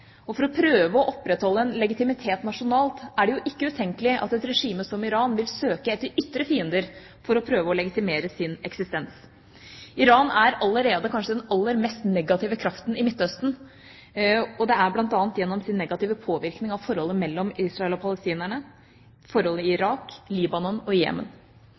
Og for å prøve å opprettholde en legitimitet nasjonalt er det ikke utenkelig at et regime som Iran vil søke etter ytre fiender for å prøve å legitimere sin eksistens. Iran er allerede kanskje den aller mest negative kraften i Midtøsten, bl.a. gjennom sin negative påvirkning på forholdet mellom Israel og palestinerne og forhold i Irak, Libanon og Jemen.